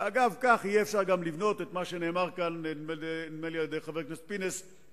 ואגב כך יהיה אפשר גם לבנות את מה שאמר כאן חבר הכנסת פינס,